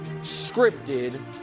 scripted